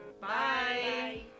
bye